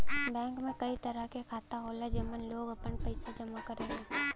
bank में कई तरह क खाता होला जेमन लोग आपन पइसा जमा करेलन